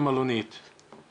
למלונית או